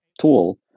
tool